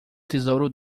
tesouro